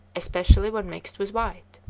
especially when mixed with white.